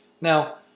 Now